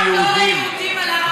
רק לא ליהודים על הר הבית.